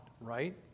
right